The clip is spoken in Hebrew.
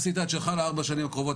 עשית את שלך ל-4 שנים הקרובות,